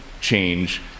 change